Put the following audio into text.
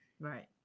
Right